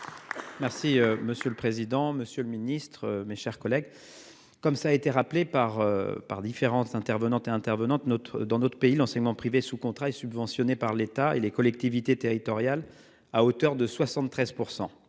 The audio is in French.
Merci monsieur le président, monsieur le ministre, mes chers collègues. Comme ça a été rappelé par par différents intervenants intervenantes notre dans notre pays, l'enseignement privé sous contrat est subventionné par l'État et les collectivités territoriales à hauteur de 73%.